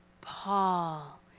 Paul